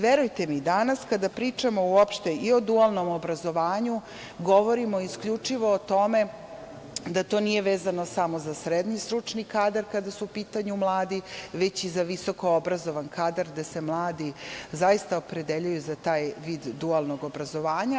Verujte mi, danas kada pričamo uopšte i o dualnom obrazovanju govorimo isključivo o tome da to nije vezano samo za srednji stručni kadar, kada su u pitanju mladi, već i za visoko obrazovan kadar da se mladi opredeljuju za taj vid dualnog obrazovanja.